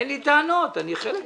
אין לי טענות, אני חלק מזה.